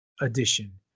edition